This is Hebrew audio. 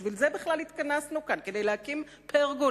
בשביל זה בכלל התכנסנו כאן, כדי להקים פרגולה.